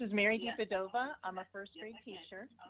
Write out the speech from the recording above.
mary dipadova. i'm a first grade teacher.